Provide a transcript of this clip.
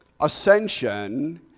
ascension